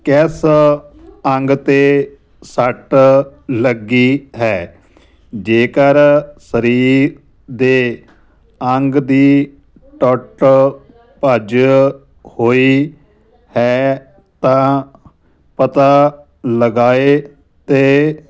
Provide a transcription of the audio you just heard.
ਕਿਸ ਅੰਗ 'ਤੇ ਸੱਟ ਲੱਗੀ ਹੈ ਜੇਕਰ ਸਰੀਰ ਦੇ ਅੰਗ ਦੀ ਟੁੱਟ ਭੱਜ ਹੋਈ ਹੈ ਤਾਂ ਪਤਾ ਲਗਾਏ ਅਤੇ